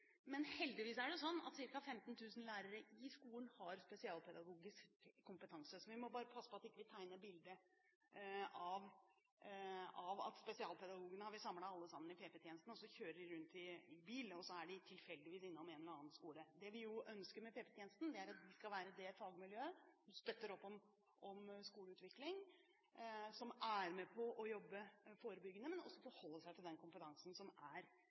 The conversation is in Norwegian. Men heldigvis er det sånn at ca. 15 000 lærere i skolen har spesialpedagogisk kompetanse. Så vi må bare passe på at vi ikke tegner et bilde av at når det gjelder spesialpedagogene, har vi samlet alle sammen i PP-tjenesten, og så kjører de rundt i bil, og så er de tilfeldigvis innom en eller annen skole. Det vi jo ønsker med PP-tjenesten, er at de skal være det fagmiljøet som støtter opp om skoleutvikling, som er med på å jobbe forebyggende, men at de også skal forholde seg til den kompetansen som er